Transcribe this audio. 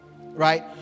Right